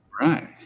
Right